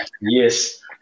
yes